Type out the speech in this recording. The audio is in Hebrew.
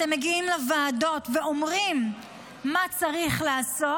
אתם מגיעים לוועדות ואומרים מה צריך לעשות,